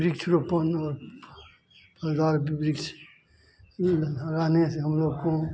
वृक्ष रोपोन और फलदार वृक्ष लगाने से हम लोग को